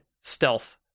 stealth